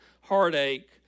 heartache